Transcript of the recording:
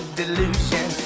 delusion